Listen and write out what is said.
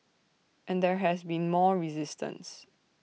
and there has been more resistance